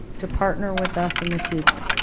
to partner with us in the future?